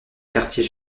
quartier